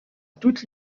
toute